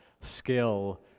skill